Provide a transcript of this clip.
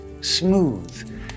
smooth